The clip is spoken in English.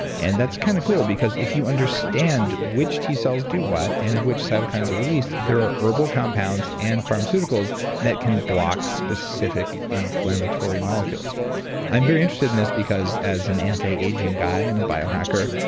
and that's kind of cool because if you understand which t cells do what, and which cytokines are released, there are herbal compounds and pharmaceuticals that can block specific inflammatory molecules i'm very interested in this because as an anti-aging guy and a biohacker,